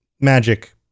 magic